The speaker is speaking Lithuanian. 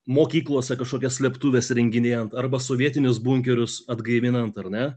mokyklose kažkokias slėptuvės įrenginėjant arba sovietinius bunkerius atgaivinant ar ne